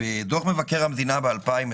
בדוח מבקר המדינה ב-2020